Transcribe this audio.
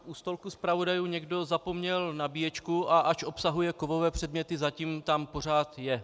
U stolku zpravodajů někdo zapomněl nabíječku, a ač obsahuje kovové předměty, zatím tam pořád je.